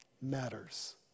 matters